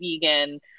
vegan